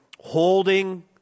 holding